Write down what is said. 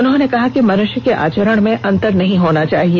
उन्होंने कहा कि मनुष्य के आचरण में अंतर नहीं होना चाहिए